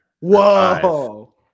Whoa